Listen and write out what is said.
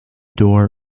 door